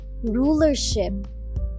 rulership